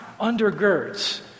undergirds